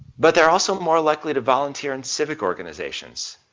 but they're also more likely to volunteer in civic organizations,